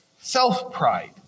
self-pride